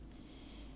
我 ah